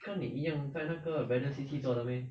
跟你一样在那个 braddell C_C 做的 meh